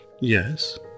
Yes